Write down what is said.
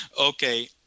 Okay